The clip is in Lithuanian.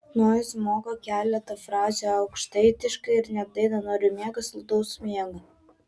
nojus moka keletą frazių aukštaitiškai ir net dainą noriu miego saldaus miego